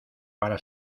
para